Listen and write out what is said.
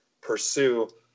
pursue